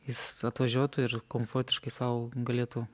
jis atvažiuotų ir komfortiškai sau galėtų